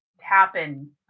happen